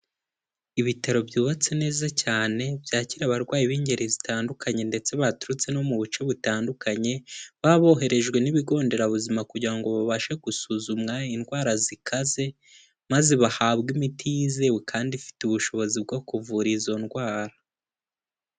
Ibitaro byubatse neza cyane byakira abarwayi b'ingeri zitandukanye ndetse baturutse no mu bipuce butandukanye bababoherejwe n'ibigo nderabuzima kugira ngo babashe gusuzumwa indwara zikaze maze bahabwe imiti yizewe kandi ifite ubushobozi bwo kuvura izo ndwara.